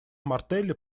мартелли